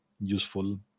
useful